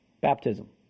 Baptism